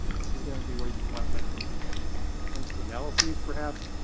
this is going to be where you can find things to analyses, perhaps,